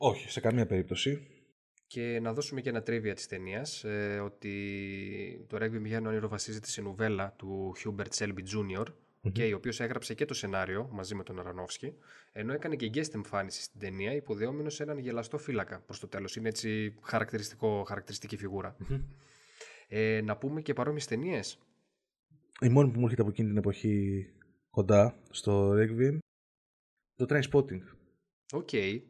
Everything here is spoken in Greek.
Όχι, σε καμία περίπτωση. Και να δώσουμε και ένα trivia της ταινίας, ε, ότι το Requiem για έναν όνειρο βασίζεται σε νουβέλα του Hubert Shelby Jr. Μμμ. και η οποία έγραψε και το σενάριο μαζί με τον Aronofsky, ενώ έκανε και guest εμφάνιση στην ταινία, υποδεόμενος σε έναν γελαστό φύλακα προς το τέλος. Είναι έτσι χαρακτηριστικό- χαρακτηριστική φιγούρα. Μμμ. Ε, να πούμε και παρόμοιες ταινίες. Η μόνη που μου έρχεται από εκείνη την εποχή κοντά στο Requiem είναι το Trainspotting. Οκ.